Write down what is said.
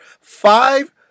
five